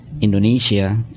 Indonesia